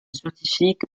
scientifique